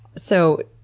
so,